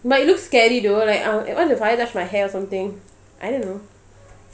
but it looks scary though like uh what if the fire touch my hair or something I don't know